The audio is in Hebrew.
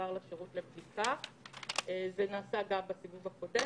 בעצם לבוא ולומר לנו: שלחתם לי אס-אם-אס